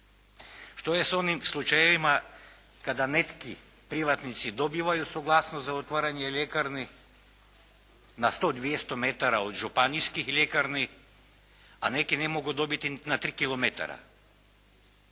Što je s onim slučajevima kada neki privatnici dobivaju suglasnost za otvaranje ljekarni na 100, 200 metara od županijskih ljekarni, a neki ne mogu dobiti niti na 3 kilometara